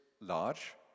large